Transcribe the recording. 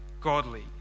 godly